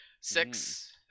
six